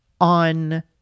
on